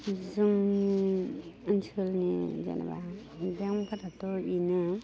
जोंनि ओनसोलनि जेनेबा बेंकफोराथ' बेनो